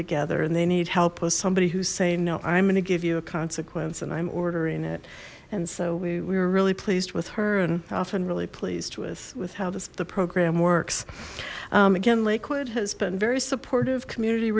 together and they need help with somebody who say no i'm gonna give you a consequence and i'm ordering it and so we were really pleased with her and often really pleased with with how the program works again liquid has been very supportive community